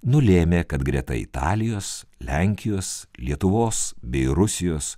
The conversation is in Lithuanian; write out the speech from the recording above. nulėmė kad greta italijos lenkijos lietuvos bei rusijos